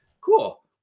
Cool